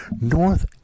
North